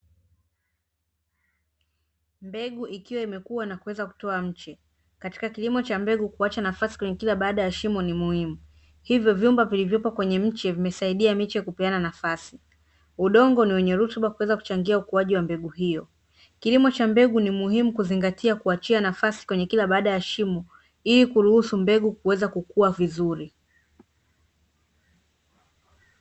Mbegu ikiwa imekua na kuweza kutoa mche. Katika kilimo cha mbegu kuacha nafasi kwenye kila baada ya shimo ni muhimu, hivyo vyumba vilivyopo kwenye mche vimesaidia mche kupeana nafasi. Udongo ni wenye rutuba kuweza kuchangia ukuaji wa mbegu hiyo. Kilimo cha mbegu ni muhimu kuzingatia kuachia nafasi kwenye kila baada ya shimo, ili kuruhusu mbegu kuweza kukua vizuri.